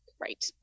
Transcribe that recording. Right